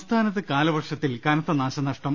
സംസ്ഥാനത്ത് കാലവർഷത്തിൽ കനത്ത നാശനഷ്ടം